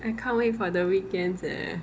I can't wait for the weekends eh